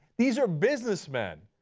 these are businessmen.